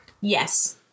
Yes